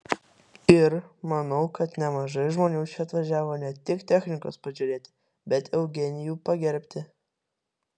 ir manau kad nemažai žmonių čia atvažiavo ne tik technikos pažiūrėti bet eugenijų pagerbti